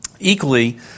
Equally